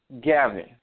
Gavin